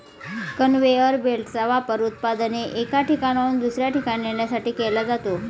conveyor बेल्टचा वापर उत्पादने एका ठिकाणाहून दुसऱ्या ठिकाणी नेण्यासाठी केला जातो